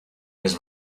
les